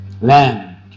land